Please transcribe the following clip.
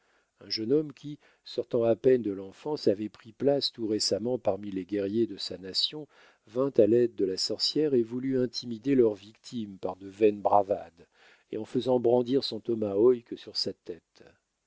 un jeune homme qui sortant à peine de l'enfance avait pris place tout récemment parmi les guerriers de sa nation vint à l'aide de la sorcière et voulut intimider leur victime par de vaines bravades et en faisant brandir son tomahawk sur sa tête